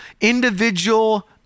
individual